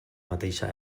mateixa